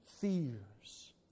fears